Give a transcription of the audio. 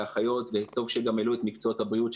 באחיות וטוב שגם העלו את מקצועות הבריאות,